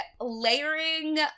layering